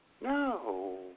No